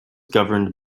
governed